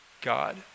God